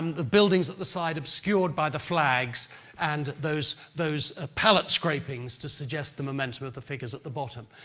um the buildings at the side obscured by the flags and those those ah palette scrapings to suggest the momentum of the figures at the bottom.